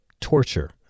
torture